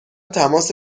تماس